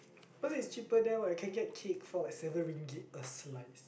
oh it's cheaper there what you can get cake for like seven ringgit a slice